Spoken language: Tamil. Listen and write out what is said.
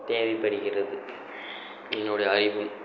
தேவைப்படுகிறது என்னுடைய அறிவும்